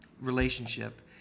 relationship